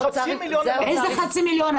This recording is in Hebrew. איזה חצי מיליון?